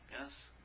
yes